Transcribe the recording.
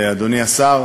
אדוני השר